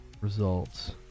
results